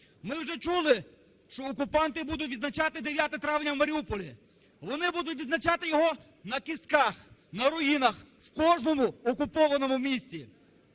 Ми вже чули, що окупанти будуть відзначати 9 травня в Маріуполі. Вони будуть відзначати його на кістках, на руїнах, в кожному окупованому місті.